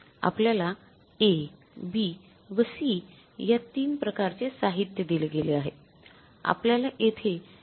आपल्याला A B व C या तीन प्रकारचे साहित्य दिले गेले आहे आपल्याला येथे दिलेली वास्तविक समस्या काय आहे